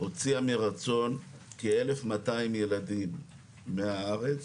הוציאה מרצון כ-1,200 ילדים מהארץ,